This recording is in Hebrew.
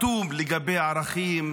אטום לגבי ערכים,